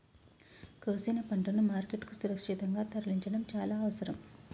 కోసిన పంటను మార్కెట్ కు సురక్షితంగా తరలించడం చాల అవసరం